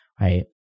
Right